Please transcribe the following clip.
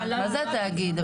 מה זה התאגיד?